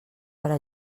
farà